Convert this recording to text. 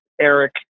Eric